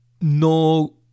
no